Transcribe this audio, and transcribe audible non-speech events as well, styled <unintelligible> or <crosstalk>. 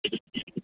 <unintelligible>